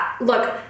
Look